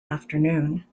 afternoon